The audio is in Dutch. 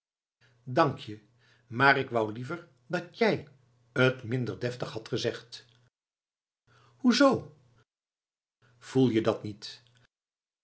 dank je maar k wou liever dat jij t minder deftig hadt gezegd hoe zoo voel je dat niet